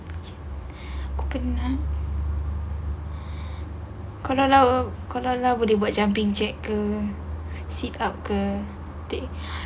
aku penat kau lelah kalau lelah boleh buat jumping jack ke sit up ke